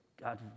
God